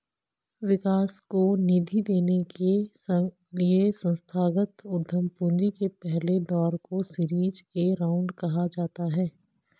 विकास को निधि देने के लिए संस्थागत उद्यम पूंजी के पहले दौर को सीरीज ए राउंड कहा जाता है